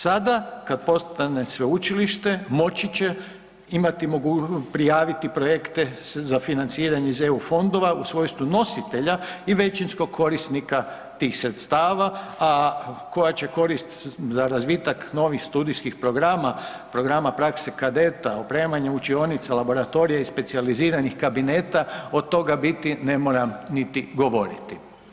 Sada kada postane sveučilište, moći će imati .../nerazumljivo/... prijaviti projekte, za financiranje iz EU fondova u svojstvu nositelja i većinskog korisnika tih sredstava, a koja će koristiti za razvitak novih studijskih programa, programa prakse kadeta, opremanje učionica, laboratorija i specijaliziranih kabineta, od toga biti, ne moram niti govoriti.